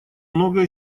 многое